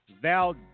Val